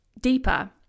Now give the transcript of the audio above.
deeper